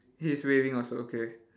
he is waving also okay